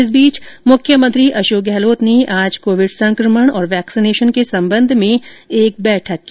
इस बीच मुख्यमंत्री अशोक गहलोत ने आज कोविड संकमण और वैक्सीनेशन के संबंध में एक बैठक की